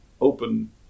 open